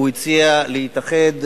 הוא הציע להתאחד,